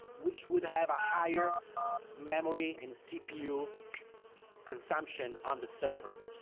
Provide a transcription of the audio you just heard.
which would have a higher memory and cpu consumption on the server.